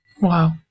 Wow